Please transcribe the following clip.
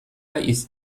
ist